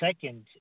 second